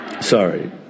sorry